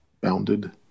bounded